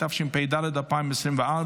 התשפ"ד 2024,